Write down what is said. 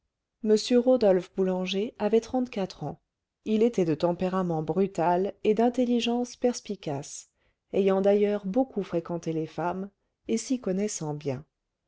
m rodolphe boulanger avait trente-quatre ans il était de tempérament brutal et d'intelligence perspicace ayant d'ailleurs beaucoup fréquenté les femmes et s'y connaissant bien